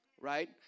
right